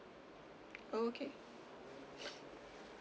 okay